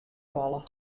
falle